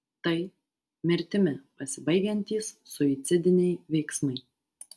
tai mirtimi pasibaigiantys suicidiniai veiksmai